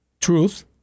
truth